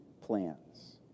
plans